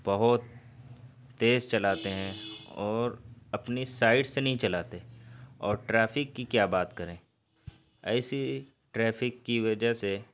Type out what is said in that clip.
بہت تیز چلاتے ہیں اور اپنی سائیڈ سے نہیں چلاتے اور ٹریفک کی کیا بات کریں ایسی ٹریفک کی وجہ سے